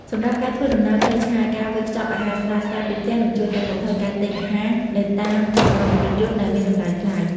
សម្រាប់ការធ្វើដំណើរផ្លូវឆ្ងាយ ការវេចខ្ចប់អាហារស្រាលៗពីផ្ទះ នឹងជួយកាត់បន្ថយការទិញអាហារនៅតាមចំណតរថយន្តដែលមានតម្លៃថ្លៃ។